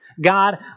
God